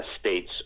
states